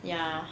ya